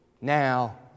now